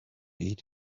eat